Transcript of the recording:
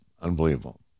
Unbelievable